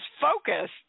focus